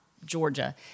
Georgia